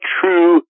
true